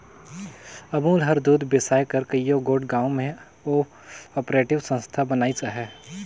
अमूल हर दूद बेसाए बर कइयो गोट गाँव में को आपरेटिव संस्था बनाइस अहे